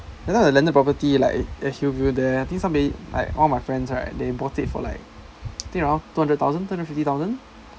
that time the landed property like at hillview there think somebody like one of my friends right they bought it for like think around two hundred thousand two hundred fifty thousand